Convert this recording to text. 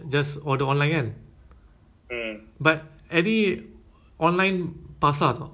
no because fairprice jual beef tak eh because beef is very hard to find right